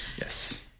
yes